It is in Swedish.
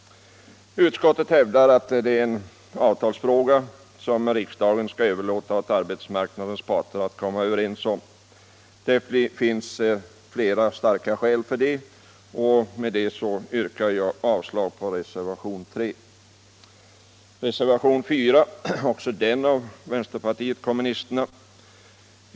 Utskottet anser att detta är avtalsfrågor som riksdagen skall överlåta åt arbetsmarknadens parter att komma överens om. Det finns flera starka skäl för det. Också reservationen 4 är framställd av vänsterpartiet kommunisterna.